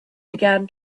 began